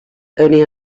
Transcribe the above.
only